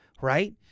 Right